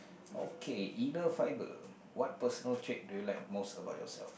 okay inner fiber what personal trait do you like most about yourself